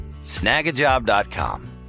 Snagajob.com